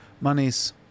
monies